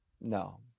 No